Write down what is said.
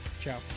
Ciao